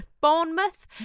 Bournemouth